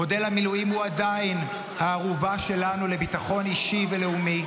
מודל המילואים הוא עדיין הערובה שלנו לביטחון אישי ולאומי.